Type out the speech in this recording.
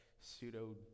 pseudo